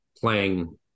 playing